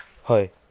হয়